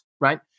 right